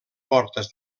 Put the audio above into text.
portes